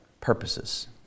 purposes